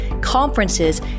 conferences